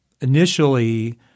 initially